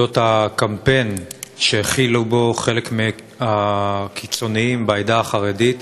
על אודות הקמפיין שהחילו בו חלק מהקיצוניים בעדה החרדית,